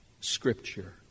Scripture